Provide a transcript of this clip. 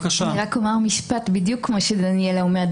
בדיוק כמו שדניאלה אומרת,